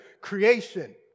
creation